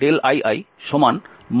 cos i